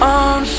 on